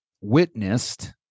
witnessed